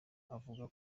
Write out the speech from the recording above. avuga